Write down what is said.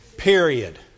Period